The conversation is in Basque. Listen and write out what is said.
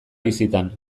bizitan